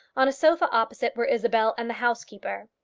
on a sofa opposite were isabel and the housekeeper.